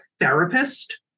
therapist